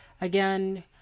again